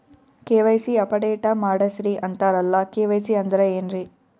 KYC update ಮಾಡಸ್ರೀ ಅಂತರಲ್ಲ KYC ಅಂದ್ರ ಏನ್ರೀ?